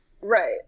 Right